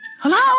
Hello